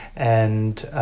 and,